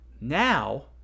Now